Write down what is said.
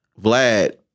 Vlad